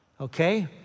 Okay